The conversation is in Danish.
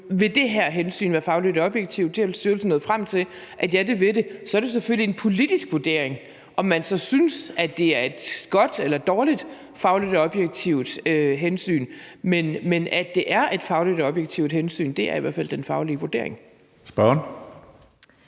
Vil det her hensyn være fagligt og objektivt? Og styrelsen nået frem til, at ja, det vil det. Så er det jo selvfølgelig en politisk vurdering, om man synes, at det er et godt eller dårligt fagligt og objektivt hensyn. Men at det er et fagligt og objektivt hensyn, er i hvert fald den faglige vurdering. Kl.